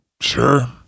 Sure